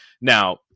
Now